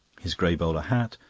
his grey bowler hat,